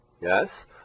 yes